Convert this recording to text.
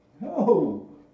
No